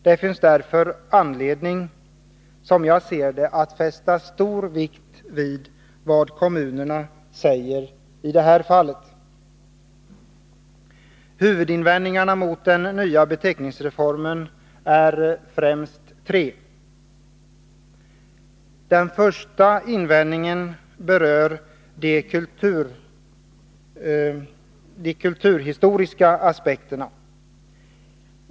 Som jag ser på saken finns det därför anledning att fästa stor vikt vid vad kommunerna säger i det här fallet. Huvudinvändningarna mot den nya beteckningsreformen är tre till antalet: Den första invändningen gäller de kulturhistoriska aspekterna.